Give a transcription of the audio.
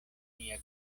nia